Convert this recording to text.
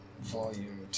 Volume